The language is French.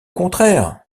contraire